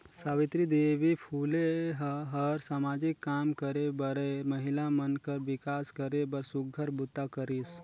सावित्री देवी फूले ह हर सामाजिक काम करे बरए महिला मन कर विकास करे बर सुग्घर बूता करिस